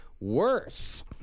Worse